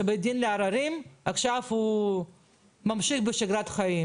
הם יצאו החוצה לפני כמה ימים שכבר היו קרבות עזות.